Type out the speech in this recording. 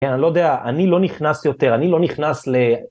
כן, אני לא יודע, אני לא נכנס יותר, אני לא נכנס ל...